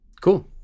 Cool